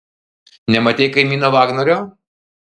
nematei kaimyno vagnorio